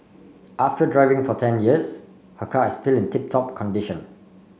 after driving for ten years her car is still in tip top condition